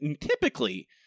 typically